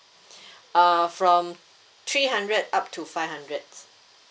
uh from three hundred up to five hundred